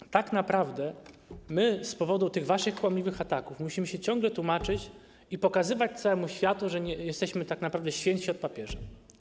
I tak naprawdę z powodu tych waszych kłamliwych ataków musimy się ciągle tłumaczyć i pokazywać całemu światu, że jesteśmy tak naprawdę świętsi od papieża.